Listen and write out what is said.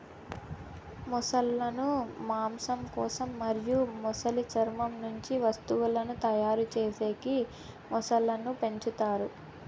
మొసళ్ళ ను మాంసం కోసం మరియు మొసలి చర్మం నుంచి వస్తువులను తయారు చేసేకి మొసళ్ళను పెంచుతారు